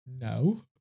No